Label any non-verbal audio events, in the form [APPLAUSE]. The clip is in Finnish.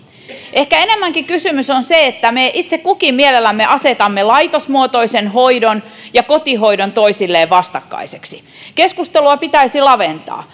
ehkä enemmänkin kysymys on siitä että me itse kukin mielellämme asetamme laitosmuotoisen hoidon ja kotihoidon toisilleen vastakkaisiksi keskustelua pitäisi laventaa [UNINTELLIGIBLE]